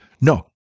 No